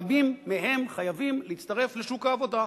רבים מהם חייבים להצטרף לשוק העבודה.